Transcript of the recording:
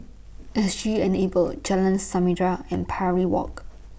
S G Enable Jalan Samarinda and Parry Walk